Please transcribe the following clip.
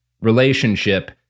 relationship